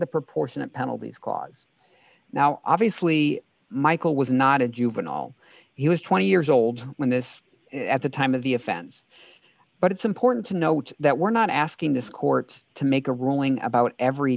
the proportionate penalties cause now obviously michael was not a juvenile he was twenty years old when this at the time of the offense but it's important to note that we're not asking this court to make a ruling about every